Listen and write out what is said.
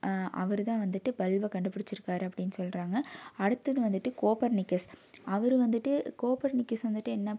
அவர் தான் வந்துட்டு பல்பை கண்டுபிடிச்சிருக்காரு அப்படின்னு சொல்கிறாங்க அடுத்தது வந்துட்டு கோப்பர் நிக்கஸ் அவர் வந்துட்டு கோப்பர்நிக்கஸ் வந்துட்டு என்ன